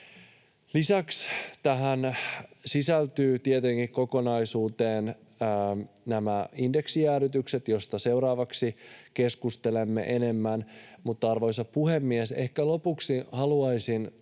Lisäksi tähän kokonaisuuteen sisältyvät tietenkin nämä indeksijäädytykset, joista seuraavaksi keskustelemme enemmän. Mutta, arvoisa puhemies, ehkä lopuksi haluaisin